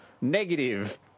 negative